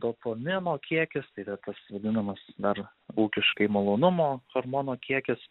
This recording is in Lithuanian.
dopamino kiekis tai yra tas vadinamas dar ūkiškai malonumo hormono kiekis